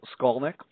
Skolnick